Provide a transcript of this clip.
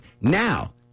Now